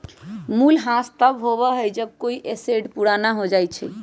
मूल्यह्रास तब होबा हई जब कोई एसेट पुराना हो जा हई